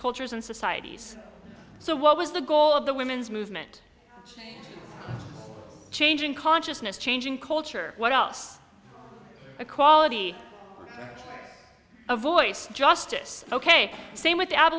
cultures and societies so what was the goal of the women's movement changing consciousness changing culture what else a quality of voice justice ok same with